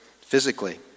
physically